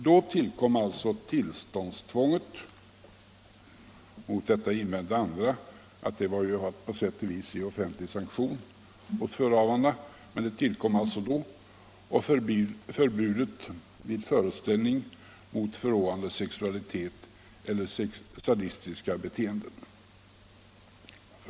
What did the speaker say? Då tillkom alltså tillståndstvånget - mot detta invände andra att det var ju att på sätt och vis ge offentlig sanktion åt förehavandena — och förbudet vid föreställning mot förråande sexuella eller sadistiska beteenden.